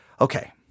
okay